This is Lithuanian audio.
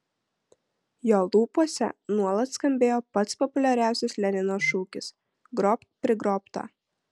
jo lūpose nuolat skambėjo pats populiariausias lenino šūkis grobk prigrobtą